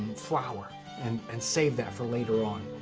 flour and and save that for later on,